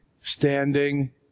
standing